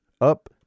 up